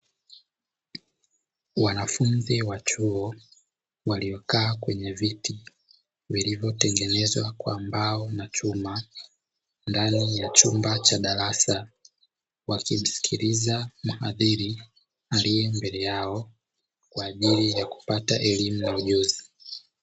Wanafunzi wa chuo waliokaa kwenye viti vilivyotengenezwa kwa mbao na chuma ndani ya chumba cha darasa, wakimsikiliza mhadhiri aliye mbele yao, kwa ajili ya kupata elimu na ujuzi.